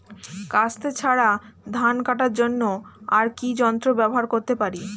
কাস্তে ছাড়া ধান কাটার জন্য আর কি যন্ত্র ব্যবহার করতে পারি?